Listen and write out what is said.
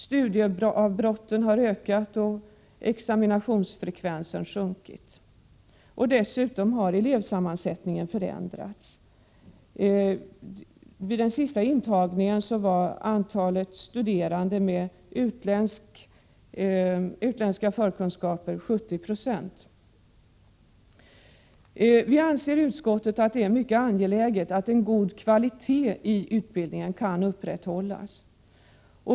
Studieavbrotten har ökat och examinationsfrekvensen sjunkit, och dessutom har elevsammansättningen förändrats. Vid den senaste intagningen var antalet studerande med utländska förkunskaper hela 70 90. Vi anser i utskottet att det är mycket angeläget att en god kvalitet i utbildningen kan upprätthållas.